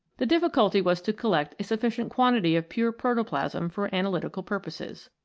the difficulty was to collect a sufficient quantity of pure protoplasm for analytical purposes.